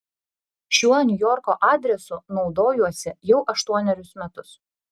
šiuo niujorko adresu naudojuosi jau aštuonerius metus